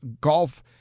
Golf